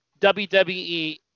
WWE